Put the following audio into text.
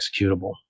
executable